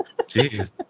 Jeez